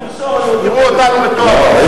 - יראו אותנו בתור מתועבים.